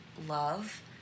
love